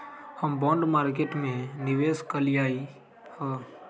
हम bond market में निवेश कलियइ ह